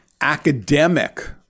academic